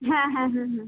হ্যাঁ হ্যাঁ হুম হুম